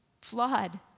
flawed